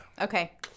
Okay